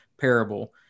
parable